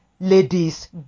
Ladies